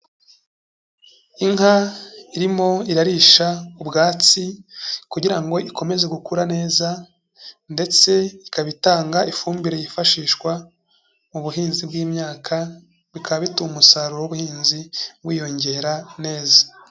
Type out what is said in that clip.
Inka irimo irarisha ubwatsi kugira ngo ikomeze gukura neza ndetse ikaba itanga ifumbire yifashishwa mu buhinzi bw'imyaka, bikaba bituma umusaruro w'ubuhinzi wiyongera neza.